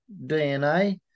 DNA